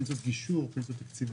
זאת פנסיית גישור, פנסיות תקציביות?